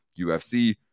UFC